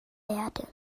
erde